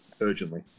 urgently